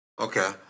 Okay